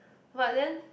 but then